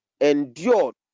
endured